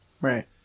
right